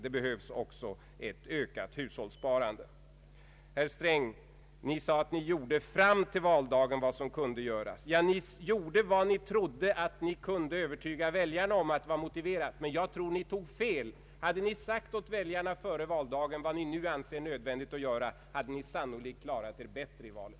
Det behövs också ett ökat hushållssparande. Herr Sträng säger att det socialdemokratiska partiet fram till valdagen gjorde vad som kunde göras. Ja, ni gjorde vad ni trodde var möjligt att övertyga väljarna om. Jag tror att ni tog fel. Hade ni sagt till väljarna före valdagen vad ni nu anser nödvändigt att göra, hade ni sannolikt klarat er bättre i valet.